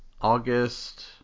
August